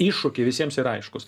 iššūkiai visiems yra aiškūs